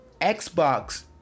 Xbox